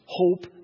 hope